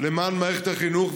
למען מערכת החינוך,